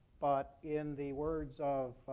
but in the words of